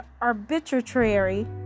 arbitrary